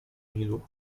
nilu